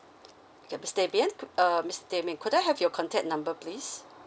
yup mister demian uh mister demian could I have your contact number please